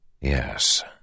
Yes